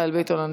מיכאל ביטון.